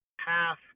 half